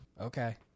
okay